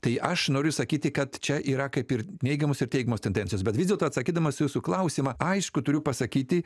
tai aš noriu sakyti kad čia yra kaip ir neigiamos ir teigiamos tendencijos bet vis dėlto atsakydamas jūsų klausimą aišku turiu pasakyti